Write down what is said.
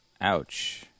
Ouch